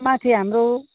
माथि हाम्रो